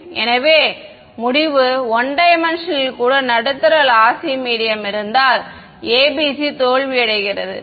எனவே முடிவு 1D இல் கூட நடுத்தர லாசி மீடியம் இருந்தால் ABC தோல்வியடைகிறது